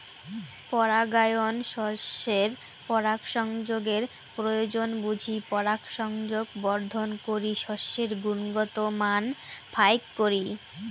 পরাগায়ন শস্যের পরাগসংযোগের প্রয়োজন বুঝি পরাগসংযোগ বর্ধন করি শস্যের গুণগত মান ফাইক করি